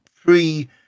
three